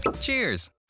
Cheers